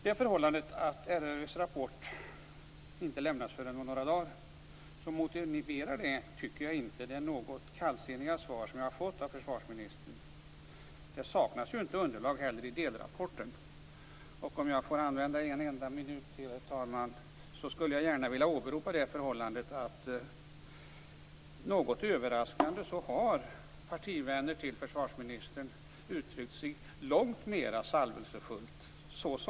Det förhållande att RRV:s rapport inte lämnas förrän om några dagar tycker jag inte motiverar det något kallsinniga svar som jag har fått av försvarsministern. Det saknas ju inte heller underlag i delrapporten. Om jag får använda en enda minut till, herr talman, skulle jag gärna vilja åberopa förhållandet att partivänner till försvarsministern något överraskande har uttryckt sig långt mer salvelsefullt.